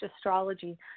astrology